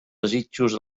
desitjos